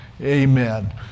Amen